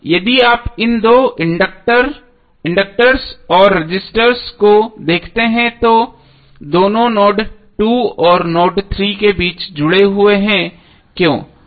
अब यदि आप इन दो इंडक्टर ्स और रेसिस्टर्स को देखते हैं तो दोनों नोड 2 और नोड 3 के बीच जुड़े हुए हैं क्यों